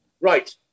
Right